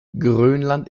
grönland